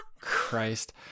Christ